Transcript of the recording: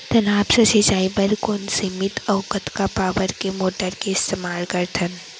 तालाब से सिंचाई बर कोन सीमित अऊ कतका पावर के मोटर के इस्तेमाल करथन?